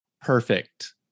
Perfect